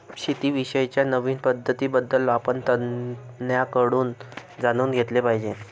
शेती विषयी च्या नवीन पद्धतीं बद्दल आपण तज्ञांकडून जाणून घेतले पाहिजे